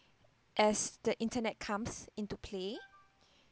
as the internet comes into play